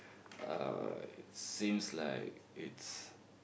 uh it seems like it's